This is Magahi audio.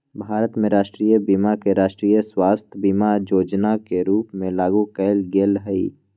भारत में राष्ट्रीय बीमा के राष्ट्रीय स्वास्थय बीमा जोजना के रूप में लागू कयल गेल हइ